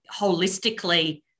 holistically